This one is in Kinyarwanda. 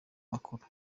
makuru